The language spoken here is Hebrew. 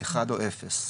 אחד או אפס.